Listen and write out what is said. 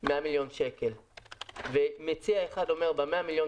100 מיליון שקל ומציע אחד אומר: ב-100 מיליון